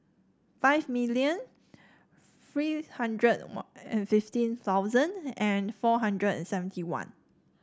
five million free hundred one and fifteen thousand and four hundred and seventy one